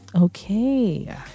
Okay